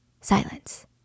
Silence